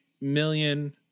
million